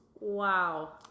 Wow